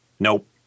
Nope